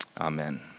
Amen